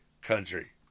country